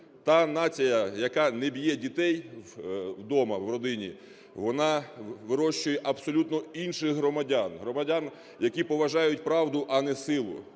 Та нація, яка не б'є дітей вдома в родині, вона вирощує абсолютно інших громадян - громадян, які поважають правду, а не силу.